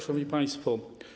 Szanowni Państwo!